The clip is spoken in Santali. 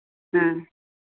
ᱦᱮᱸ